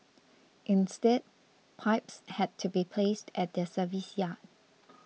instead pipes had to be placed at the service yard